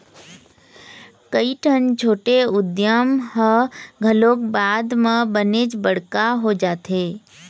कइठन छोटे उद्यम ह घलोक बाद म बनेच बड़का हो जाथे